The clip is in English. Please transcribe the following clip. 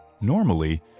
normally